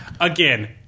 again